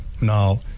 Now